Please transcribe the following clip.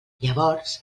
llavors